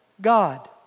God